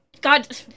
God